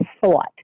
thought